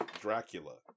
Dracula